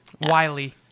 Wiley